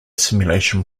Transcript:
simulation